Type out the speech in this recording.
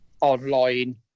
online